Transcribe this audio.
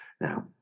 now